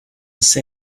say